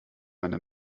meine